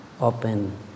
open